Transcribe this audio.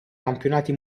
campionati